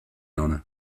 honor